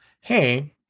hey